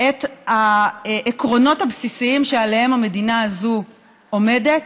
את העקרונות הבסיסיים שעליהם המדינה הזאת עומדת,